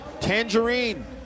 tangerine